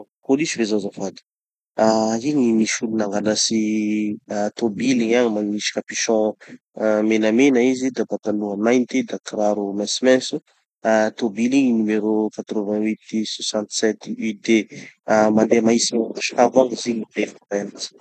Polisy ve zao azafady? Ah igny misy olo nangalatsy tobily igny agny, magnisy capuchon ah menamena izy da pataloha mainty da kiraro maintsomaintso. Ah tobily igny numero valo valo enina fito UD. Ah mandeha mahitsy megna ampasikabo agny izy igny milefa.